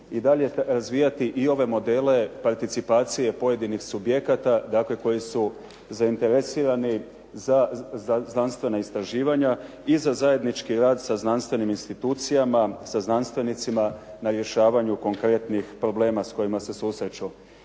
i dalje razvijati i ove modele participacije pojedinih subjekata dakle koji su zainteresirani za znanstvena istraživanja i za zajednički rad sa znanstvenim institucijama, sa znanstvenicima na rješavanju konkretnih problema s kojima se susreću.